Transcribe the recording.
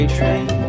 train